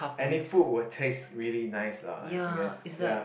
any food will taste really nice lah I I guess ya